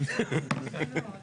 הורדנו את